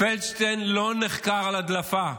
פלדשטיין לא נחקר על הדלפה.